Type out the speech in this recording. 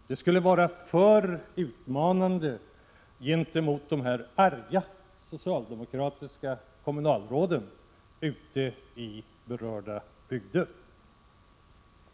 han uppträda så, skulle det vara alltför utmanande gentemot de arga socialdemokratiska kommunalråden ute i berörda bygder.